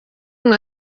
mwe